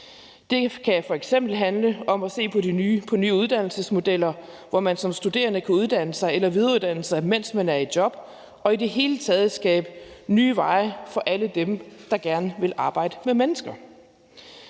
Det kan f.eks. handle om at se på nye uddannelsesmodeller, hvor man som studerende kan uddanne sig eller videreuddanne sig, mens man er i job, og i det hele taget skabe nye veje for alle dem, der gerne vil arbejde med mennesker.